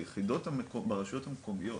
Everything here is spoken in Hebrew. ביחידות ברשויות המקומיות